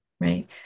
Right